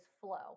flow